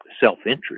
self-interest